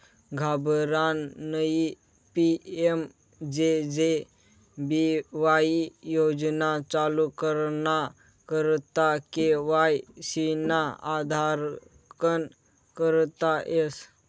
घाबरानं नयी PMJJ BY योजना चालू कराना करता के.वाय.सी ना आधारकन करता येस